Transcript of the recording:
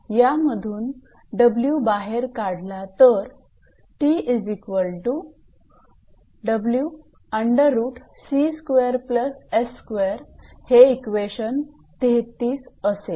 यामधून W बाहेर काढला तर 𝑇 हे इक्वेशन 33 असेल